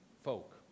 folk